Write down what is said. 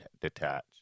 detach